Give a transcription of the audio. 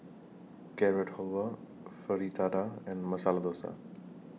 Carrot Halwa Fritada and Masala Dosa